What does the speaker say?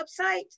website